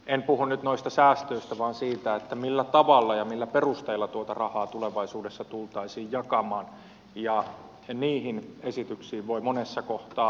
en puhu nyt noista säästöistä vaan siitä millä tavalla ja millä perusteilla tuota rahaa tulevaisuudessa tultaisiin jakamaan ja niihin esityksiin voi monessa kohtaa yhtyä